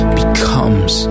becomes